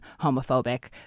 homophobic